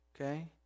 Okay